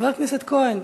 חבר הכנסת כהן,